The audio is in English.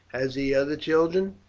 has he other children?